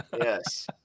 Yes